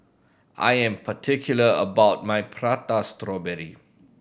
I am particular about my Prata Strawberry